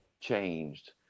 changed